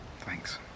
Thanks